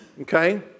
okay